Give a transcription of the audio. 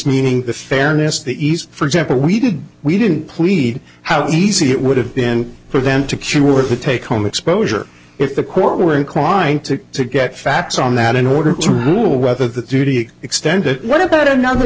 meaning the fairness of the east for example we did we didn't plead how easy it would have been for them to q were to take home exposure if the court were inclined to to get facts on that in order to rule whether the duty extended what about another